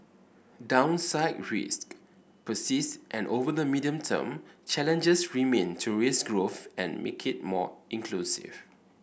downside risk persists and over the medium term challenges remain to raise growth and make it more inclusive